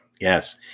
yes